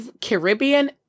Caribbean